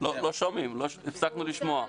--- הפסקנו לשמוע.